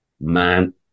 man